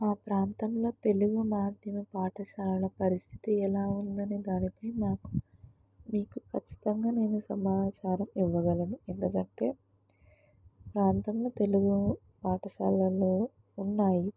మా ప్రాంతంలో తెలుగు మాధ్యమిక పాఠశాలల పరిస్థితి ఎలా ఉంది అని దానిపై మాకు మీకు ఖచ్చితంగా నేను సమాచారం ఇవ్వగలను ఎందుకంటే ప్రాంతంలో తెలుగు పాఠశాలలు ఉన్నాయి